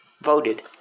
voted